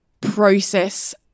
process